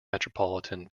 metropolitan